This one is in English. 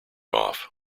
off